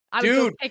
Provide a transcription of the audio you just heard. dude